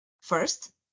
First